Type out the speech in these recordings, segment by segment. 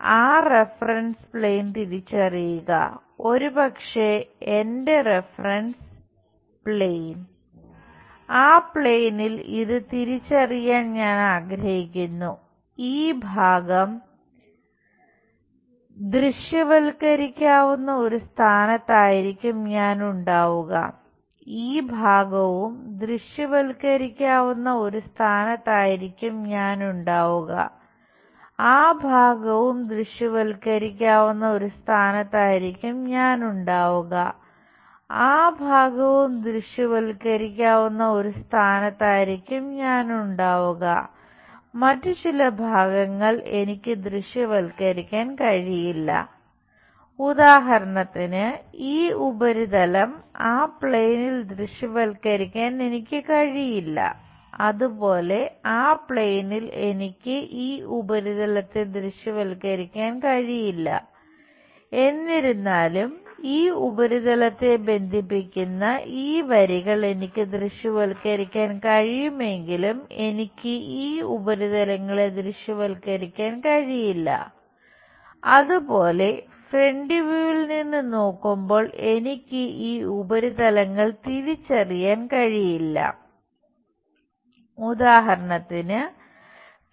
ആ പ്ലെയിനിൽ ഇത് തിരിച്ചറിയാൻ ഞാൻ ആഗ്രഹിക്കുന്നു ഈ ഭാഗം ദൃശ്യവൽക്കരിക്കാവുന്ന ഒരു സ്ഥാനത്ത് ആയിരിക്കും ഞാൻ ഉണ്ടാവുക ഈ ഭാഗവും ദൃശ്യവൽക്കരിക്കാവുന്ന ഒരു സ്ഥാനത്ത് ആയിരിക്കും ഞാൻ ഉണ്ടാവുക ആ ഭാഗവും ദൃശ്യവൽക്കരിക്കാവുന്ന ഒരു സ്ഥാനത്ത് ആയിരിക്കും ഞാൻ ഉണ്ടാവുക ആ ഭാഗവും ദൃശ്യവൽക്കരിക്കാവുന്ന ഒരു സ്ഥാനത്ത് ആയിരിക്കും ഞാൻ ഉണ്ടാവുക മറ്റ് ചില ഭാഗങ്ങൾ എനിക്ക് ദൃശ്യവൽക്കരിക്കാൻ കഴിയില്ല ഉദാഹരണത്തിന് ഈ ഉപരിതലം ആ പ്ലെയിനിൽ നിന്ന് നോക്കുമ്പോൾ എനിക്ക് ഈ ഉപരിതലങ്ങൾ തിരിച്ചറിയാൻ കഴിയില്ല ഉദാഹരണത്തിന്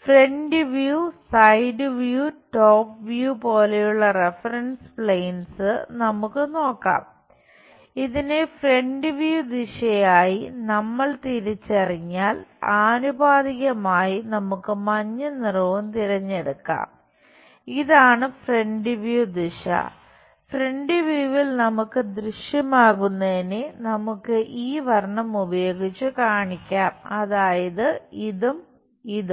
ഫ്രണ്ട് വ്യൂ നമുക്ക് ദൃശ്യമാകുന്നതിനെ നമുക്ക് ഈ വർണം ഉപയോഗിച്ച് കാണിക്കാം അതായതു ഇതും ഇതും